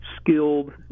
skilled